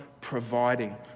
providing